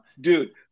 Dude